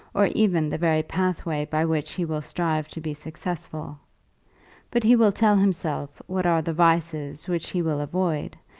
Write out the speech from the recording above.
or even the very pathway by which he will strive to be successful but he will tell himself what are the vices which he will avoid,